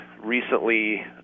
recently